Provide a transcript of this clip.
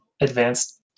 advanced